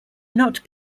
not